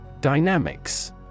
Dynamics